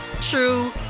True